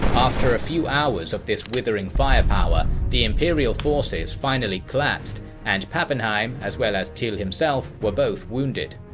after a few hours of this withering firepower, the imperial forces finally collapsed, and pappenheim, as well as tilly himself, were both wounded.